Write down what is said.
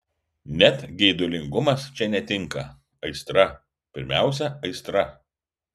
net geidulingumas čia netinka aistra pirmiausia aistra